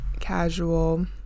casual